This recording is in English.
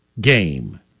game